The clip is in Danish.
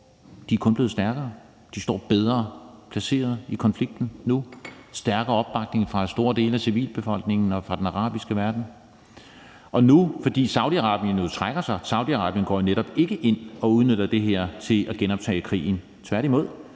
de er kun blevet stærkere. De står bedre placeret i konflikten nu. De har stærkere opbakning fra store dele af civilbefolkningen og fra den arabiske verden. Nu trækker Saudi-Arabien sig, og Saudi-Arabien går netop ikke ind og udnytter det her til at genoptage krigen, tværtimod.